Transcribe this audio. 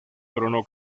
coronó